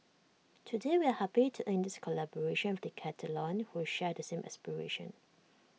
today we are happy to ink this collaboration with Decathlon who share the same aspiration